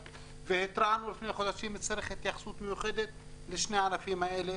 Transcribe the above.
והתרענו בפני חודשים שצריך התייחסות מיוחדת לשני הענפים הללו.